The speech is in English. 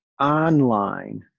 online